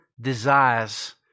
desires